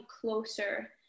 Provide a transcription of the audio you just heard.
closer